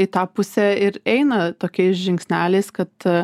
į tą pusę ir eina tokiais žingsneliais kad